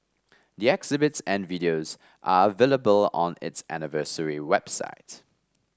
the exhibits and videos are available on its anniversary websites